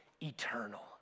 eternal